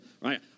right